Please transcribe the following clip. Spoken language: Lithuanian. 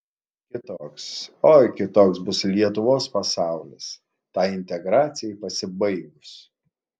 kitoks oi kitoks bus lietuvos pasaulis tai integracijai pasibaigus